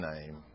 name